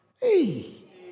Hey